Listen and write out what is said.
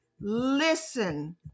listen